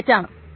അതു തെറ്റാണ്